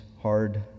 hard